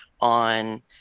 on